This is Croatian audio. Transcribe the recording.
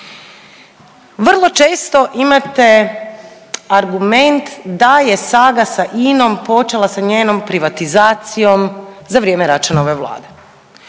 Vrlo često imate argument da je saga sa INOM počela sa njenom privatizacijom za vrijeme Račanove vlade.